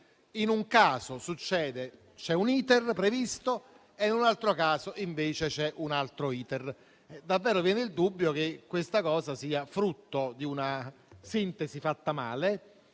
in un caso c'è un *iter* previsto e in un altro caso ce n'è un altro. Davvero viene il dubbio che questa cosa sia frutto di una sintesi fatta male.